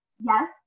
yes